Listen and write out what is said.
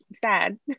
sad